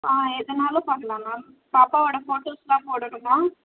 ஆ எதுனாலும் பண்ணலாம் மேம் பாப்பாவோடய ஃபோட்டோஸ்ஸெலாம் போடணுமா